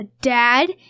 dad